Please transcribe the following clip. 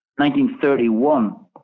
1931